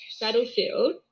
Battlefield